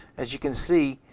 as you can see,